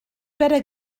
better